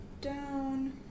down